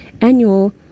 annual